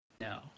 No